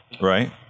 Right